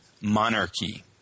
monarchy